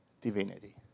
divinity